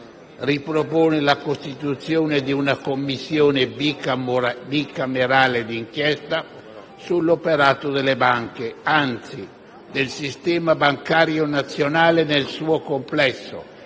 ripropone la costituzione di una Commissione bicamerale d'inchiesta sull'operato delle banche, anzi del sistema bancario nazionale nel suo complesso,